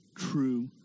true